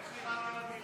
אני אגיד עוד מילה.